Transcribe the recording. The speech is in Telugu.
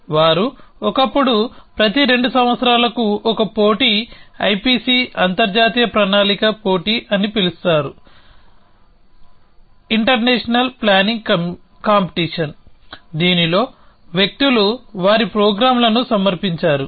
వారు ఒకప్పుడు ప్రతి రెండు సంవత్సరాలకు ఒక పోటీ IPC అంతర్జాతీయ ప్రణాళిక పోటీ అని పిలుస్తారు దీనిలో వ్యక్తులు వారి ప్రోగ్రామ్లను సమర్పించారు